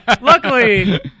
Luckily